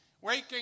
waking